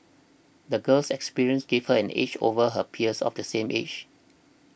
the girl's experiences gave her an edge over her peers of the same age